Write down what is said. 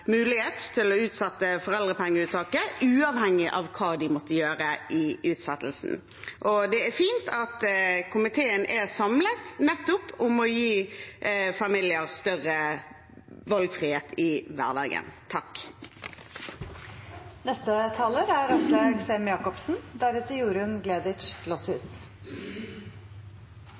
mulighet til å utsette foreldrepengeuttaket, uavhengig av hva de måtte gjøre under utsettelsen. Det er fint at komiteen er samlet nettopp om å gi familier større valgfrihet i